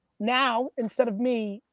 now, instead of me,